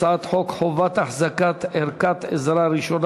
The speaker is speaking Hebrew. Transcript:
הצעת חוק חובת החזקת ערכת עזרה ראשונה